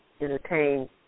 entertain